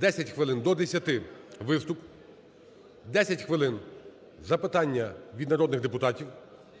10 хвилин, до 10-и – виступ, 10 хвилин – запитання від народних депутатів